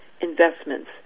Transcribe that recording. investments